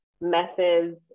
methods